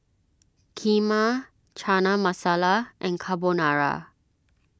Kheema Chana Masala and Carbonara